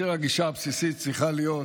הגישה הבסיסית צריכה להיות